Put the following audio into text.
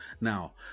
Now